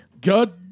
God